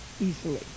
easily